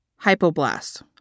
hypoblast